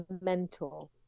mentor